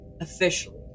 officially